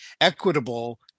equitable